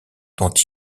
dont